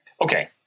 Okay